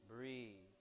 Breathe